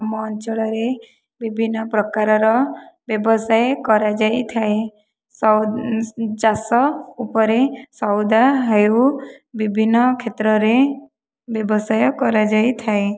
ଆମ ଅଞ୍ଚଳରେ ବିଭିନ୍ନ ପ୍ରକାରର ବ୍ୟବସାୟ କରାଯାଇଥାଏ ଚାଷ ଉପରେ ସଉଦା ହେଉ ବିଭିନ୍ନ କ୍ଷେତ୍ରରେ ବ୍ୟବସାୟ କରାଯାଇଥାଏ